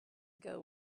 ago